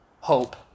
hope